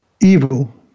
evil